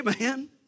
amen